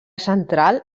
central